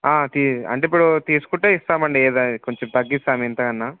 తీ అంటే ఇప్పుడు తీసుకుంటే ఇస్తామండి కొంచెం తగ్గిస్తాం ఎంతన్నా